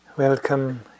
Welcome